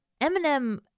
Eminem